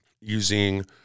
using